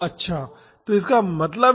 अच्छा तो इसका क्या मतलब है